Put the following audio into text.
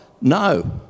no